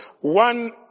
One